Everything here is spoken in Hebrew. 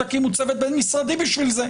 תקימו צוות בין-משרדי בשביל זה,